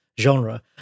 genre